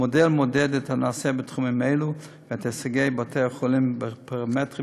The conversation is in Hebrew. המודל מודד את הנעשה בתחומים אלו ואת הישגי בתי-החולים בפרמטרים